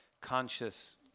conscious